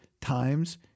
times